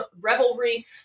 revelry